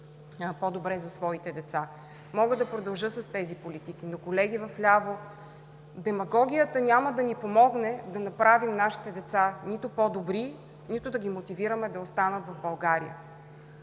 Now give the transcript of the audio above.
по-добре за своите деца. Мога да продължа с тези политики, но колеги вляво, демагогията няма да ни помогне да направим нашите деца нито по-добри, нито да ги мотивираме да останат в България.